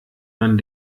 man